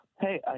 Hey